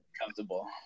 comfortable